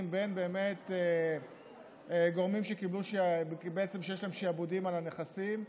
בין גורמים שיש להם שעבודים על הנכסים,